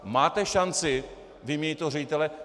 Máte šanci vyměnit toho ředitele?